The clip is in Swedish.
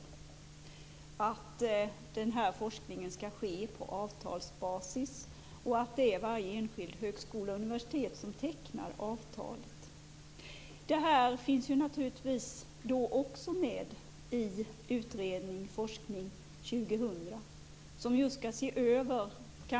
I dag skall den här forskningen ske på avtalsbasis, och det är varje enskild högskola och enskilt universitet som tecknar avtalet. Det här finns naturligtvis också med i utredningen Forskning 2000, som skall se över detta.